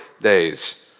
days